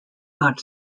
not